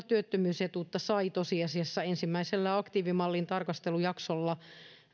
työttömyysetuutta sai tosiasiassa ensimmäisellä aktiivimallin tarkastelujaksolla